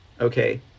okay